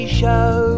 show